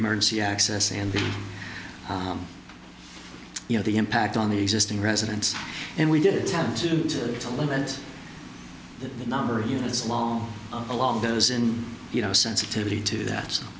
emergency access and the you know the impact on the existing residents and we did have to to to limit the number of units long along those in you know sensitivity to that